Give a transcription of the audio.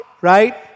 right